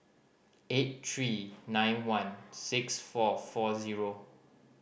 eight three nine one six four four zero